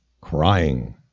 crying